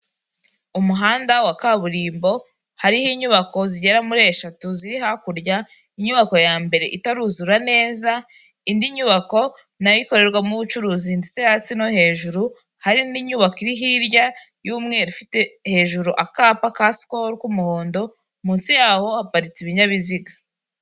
Umuhanda wa kaburimbo hariho inyubako zigera muri eshatu ziri hakurya, inyubako ya mbere itaruzura neza, indi nyubako nayo ikorerwamo ubucuruzi ndetse hasi no hejuru, hari n'inyubako iri hirya y'umweru, ifite hejuru akapa ka sikolu k'umuhondo munsi yawo haparitse ibinyabiziga.